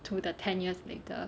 to the ten years later